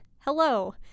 Hello